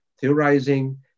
theorizing